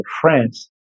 France